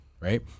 right